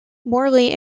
morally